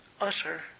utter